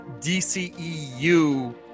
DCEU